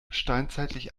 steinzeitlich